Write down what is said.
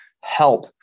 help